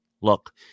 look